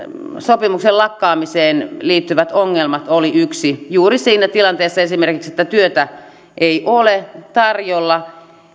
sopimuksen lakkaamiseen liittyvät ongelmat olivat yksi juuri siinä tilanteessa esimerkiksi että työtä ei ole tarjolla